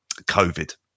COVID